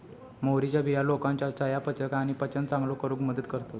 मोहरीच्या बिया लोकांच्या चयापचय आणि पचन चांगलो करूक मदत करतत